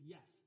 Yes